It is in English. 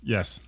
Yes